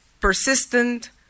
persistent